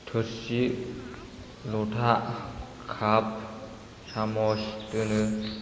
थोरसि लथा खाप सामस दोनो